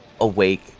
awake